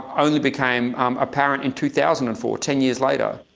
only became um apparent in two thousand and four, ten years later.